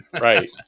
right